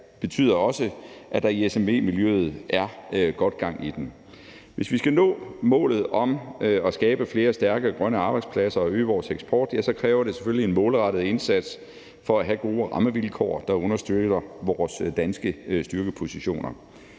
her betyder også, at der i SMV-miljøet er godt gang i den. Hvis vi skal nå målet om at skabe flere stærke og grønne arbejdspladser og øge vores eksport, kræver det selvfølgelig en målrettet indsats for at have gode rammevilkår, der understøtter vores danske styrkepositioner.